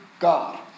God